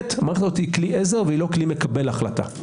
שבאמת המערכת הזו היא כלי עזר ולא כלי מקבל החלטה.